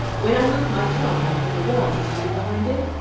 when i moved my trunk out from the wall to sweep behind it,